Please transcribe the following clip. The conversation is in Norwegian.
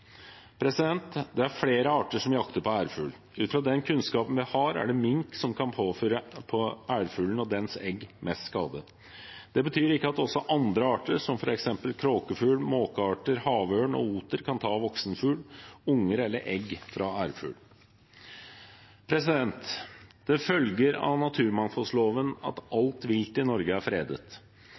Det er flere arter som jakter på ærfugl. Ut fra den kunnskapen vi har, er det mink som kan påføre ærfuglen og dens egg mest skade. Det betyr ikke at ikke også andre arter, som f.eks. kråkefugl, måkearter, havørn og oter kan ta voksen fugl, unger eller egg fra ærfugl. Det følger av naturmangfoldloven at alt vilt i Norge er fredet.